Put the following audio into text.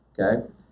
okay